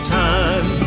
time